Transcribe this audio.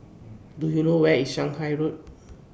Do YOU know Where IS Shanghai Road